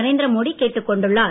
நரேந்திர மோடி கேட்டுக் கொண்டுள்ளார்